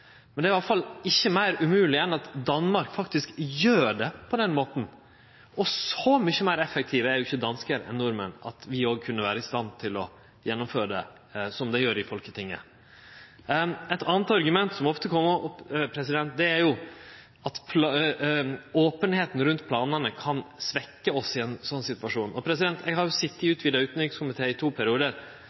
Men det er i alle fall ikkje meir umogleg enn at Danmark faktisk gjer det på denne måten. Og så mykje meir effektive er jo ikkje danskar enn nordmenn enn at ikkje vi også kunne vere i stand til å gjennomføre det slik dei gjer i Folketinget. Eit anna argument som ofte kjem opp, er at openheita rundt planane kan svekkje oss i ein slik situasjon. Eg har sete i den utvida utanrikskomiteen i to